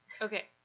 Okay